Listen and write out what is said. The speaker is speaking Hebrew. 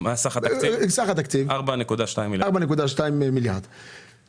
4.2 מיליארד שקלים.